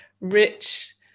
rich